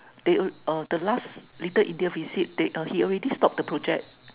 they uh they last Little India visit they he already stopped the project